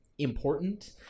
important